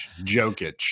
Jokic